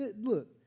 look